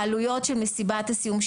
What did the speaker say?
העלויות של מסיבת הסיום,